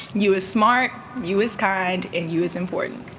you is smart, you is kind, and you is important.